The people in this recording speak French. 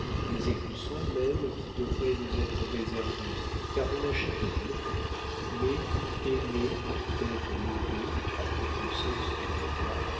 les écussons même qui devraient nous être réservés car on achète un nom mais aimer tête levée à contresens de la loi